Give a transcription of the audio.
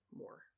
more